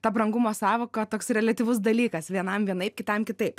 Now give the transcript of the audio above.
ta brangumo sąvoka toks reliatyvus dalykas vienam vienaip kitam kitaip